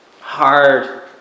Hard